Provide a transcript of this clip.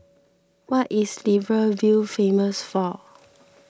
what is Libreville famous for